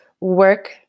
work